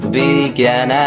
began